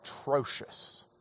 atrocious